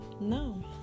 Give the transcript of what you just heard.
No